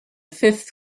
fifth